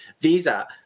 visa